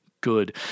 good